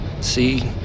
See